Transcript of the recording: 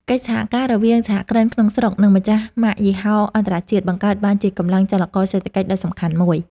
កិច្ចសហការរវាងសហគ្រិនក្នុងស្រុក និងម្ចាស់ម៉ាកយីហោអន្តរជាតិបង្កើតបានជាកម្លាំងចលករសេដ្ឋកិច្ចដ៏សំខាន់មួយ។